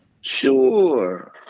Sure